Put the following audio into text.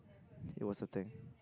it was a thing